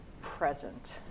present